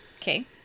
Okay